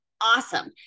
awesome